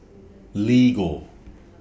Lego